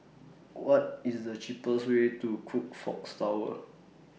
What IS The cheapest Way to Crockfords Tower